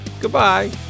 Goodbye